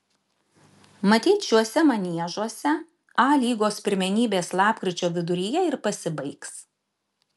matyt šiuose maniežuose a lygos pirmenybės lapkričio viduryje ir pasibaigs